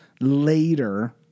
later